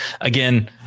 again